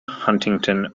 huntington